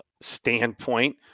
standpoint